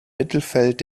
mittelfeld